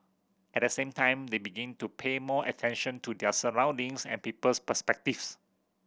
at the same time they begin to pay more attention to their surroundings and people's perspectives